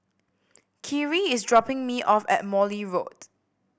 khiry is dropping me off at Morley Road